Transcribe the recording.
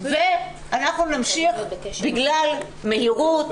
ואנחנו נמשיך בגלל מהירות,